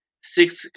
six